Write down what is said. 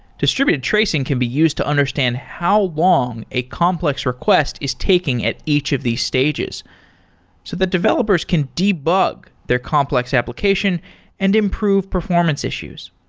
distributed tracing can be used to understand how long a complex request is taking at each of these stages so the developers can debug their complex application and improve performance issues.